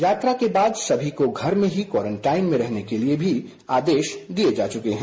यात्रा के बाद सभी को घर में ही क्वारंटीन में रहने के लिए भी आदेश दिए जा चुके हैं